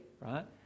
right